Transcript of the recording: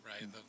right